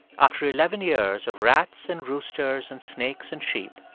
after eleven years of rats, and roosters, and snakes and sheep,